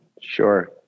Sure